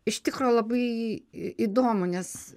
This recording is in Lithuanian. iš tikro labai įdomu nes